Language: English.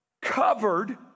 covered